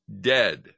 dead